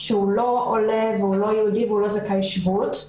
הוא לא עולה והוא לא יהודי והוא לא זכאי שבות.